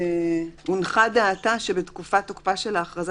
הונחה דעתה של הוועדה ש"בתקופת תוקפה של ההכרזה